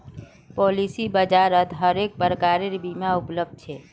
policy बाजारत हर प्रकारेर बीमा उपलब्ध छेक